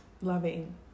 loving